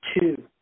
two